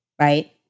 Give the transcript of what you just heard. right